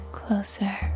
closer